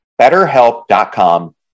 BetterHelp.com